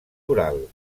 oral